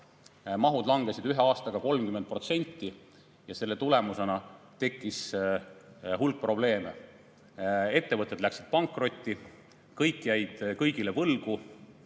Mahud langesid ühe aastaga 30% ja selle tulemusena tekkis hulk probleeme. Ettevõtted läksid pankrotti, kõik jäid kõigile võlgu,